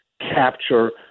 capture